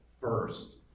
First